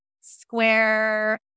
Square